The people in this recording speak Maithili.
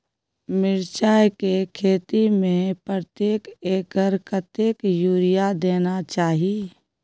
मिर्चाय के खेती में प्रति एकर कतेक यूरिया देना चाही?